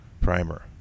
primer